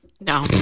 No